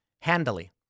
handily